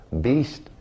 beast